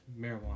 marijuana